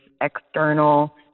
external